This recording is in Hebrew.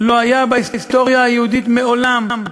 לא היו בהיסטוריה היהודית, מעולם,